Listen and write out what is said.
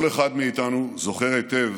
כל אחד מאיתנו זוכר היטב